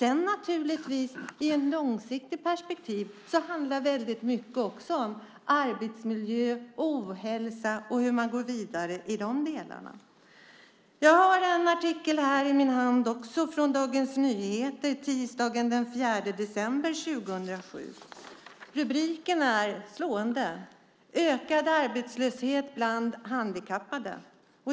I ett långsiktigt perspektiv handlar mycket också om arbetsmiljö, ohälsa och hur man går vidare i de delarna. Jag har en artikel i min hand från Dagens Nyheter, tisdagen den 4 december 2007. Rubriken är slående. "Ökad arbetslöshet bland handikappade".